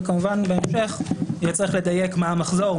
וכמובן שבהמשך יהיה צריך לדייק מה המחזור,